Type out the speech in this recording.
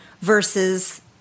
versus